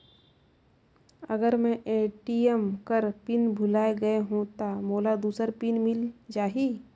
अगर मैं ए.टी.एम कर पिन भुलाये गये हो ता मोला दूसर पिन मिल जाही?